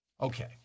Okay